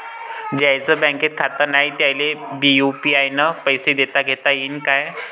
ज्याईचं बँकेत खातं नाय त्याईले बी यू.पी.आय न पैसे देताघेता येईन काय?